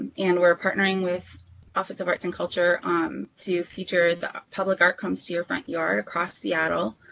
and we are partnering with office of arts and culture um to feature the public art comes to your front yard across seattle.